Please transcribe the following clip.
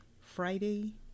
Friday